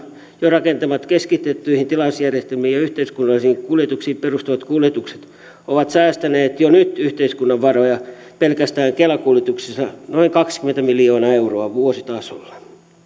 jo rakentamat keskitettyihin tilausjärjestelmiin ja yhteiskunnallisiin kuljetuksiin perustuvat kuljetukset ovat säästäneet jo nyt yhteiskunnan varoja pelkästään kela kuljetuksissa noin kaksikymmentä miljoonaa euroa vuositasolla